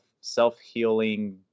self-healing